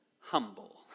humble